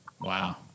Wow